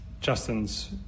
Justin's